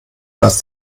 das